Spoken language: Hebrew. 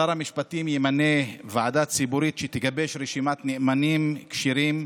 שר המשפטים ימנה ועדה ציבורית שתגבש רשימת נאמנים כשירים,